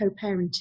co-parenting